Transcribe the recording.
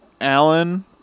Alan